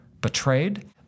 betrayed